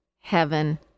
Heaven